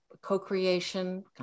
co-creation